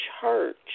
church